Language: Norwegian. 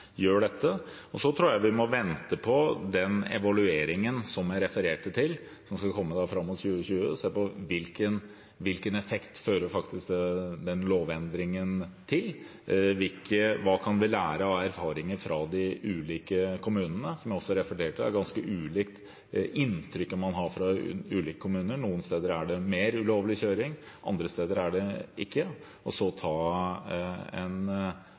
jeg refererte til, som skal komme fram mot 2020, og se på hvilken effekt lovendringen har og hva vi kan lære av erfaringer fra de ulike kommunene – som jeg sa, er inntrykket fra ulike kommuner ganske ulikt; noen steder er det mer ulovlig kjøring, og andre steder er det ikke – og så ta beslutninger ut fra det. Det er alltid en